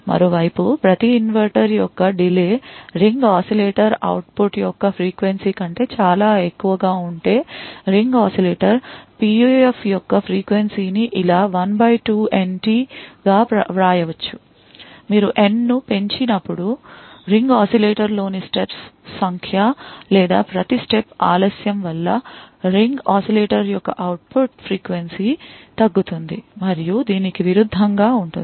మరో వైపు ప్రతి ఇన్వర్టర్ యొక్క delay ring oscillator output యొక్క ఫ్రీక్వెన్సీ కంటే చాలా ఎక్కువగా ఉంటే రింగ్ oscillator PUF యొక్క ఫ్రీక్వెన్సీ ని ఇలా 1 by 2 n t గా వ్రాయవచ్చు మీరు n ను పెంచి నప్పుడు రింగ్ oscillator లోని steps సంఖ్య లేదా ప్రతి step ఆలస్యం వళ్ళ రింగ్ oscillator యొక్క అవుట్ పుట్ ఫ్రీక్వెన్సీ తగ్గుతుంది మరియు దీనికి విరుద్ధం గా ఉంటుంది